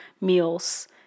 meals